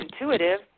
intuitive